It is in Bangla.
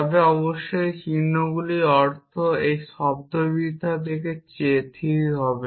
তবে অবশ্যই এই চিহ্নগুলির অর্থ এই শব্দার্থবিদ্যা থেকে স্থির হবে